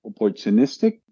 opportunistic